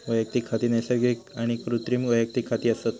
वैयक्तिक खाती नैसर्गिक आणि कृत्रिम वैयक्तिक खाती असत